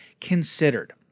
considered